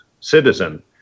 citizen